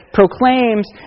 proclaims